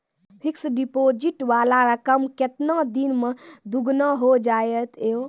Fixed deposit वाला रकम केतना दिन मे दुगूना हो जाएत यो?